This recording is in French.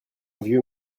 vieux